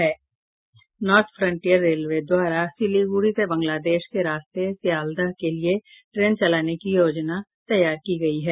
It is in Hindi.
नॉर्थ फ्रंटियर रेलवे द्वारा सीलिगुड़ी से बांगलादेश के रास्ते सीयालदाह के लिये ट्रेन चलाने की योजना तैयार की गयी है